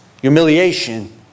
humiliation